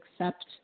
accept